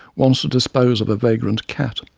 once to dispose of a vagrant cat.